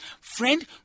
Friend